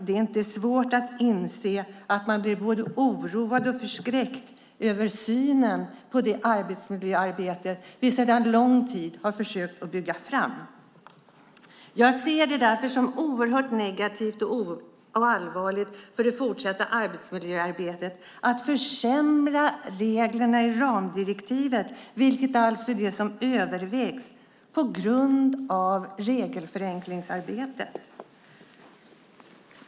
Det är inte svårt att inse att man blir både oroad och förskräckt över synen på det arbetsmiljöarbete som vi sedan lång tid har försökt att bygga upp. Jag ser det därför som oerhört negativt och allvarligt för det fortsatta arbetsmiljöarbetet att man försämrar reglerna i ramdirektivet, vilket alltså är det som övervägs, på grund av regelförenklingsarbetet.